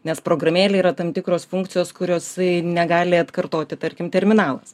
nes programėlėj yra tam tikros funkcijos kurios negali atkartoti tarkim terminalas